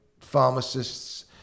pharmacists